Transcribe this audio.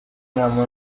nama